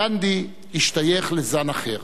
גנדי השתייך לזן אחר,